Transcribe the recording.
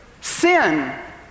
sin